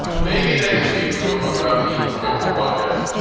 maybe next week we will talk about the economics of podcasts.